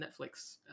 Netflix